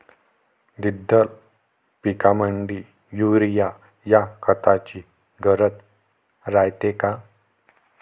द्विदल पिकामंदी युरीया या खताची गरज रायते का?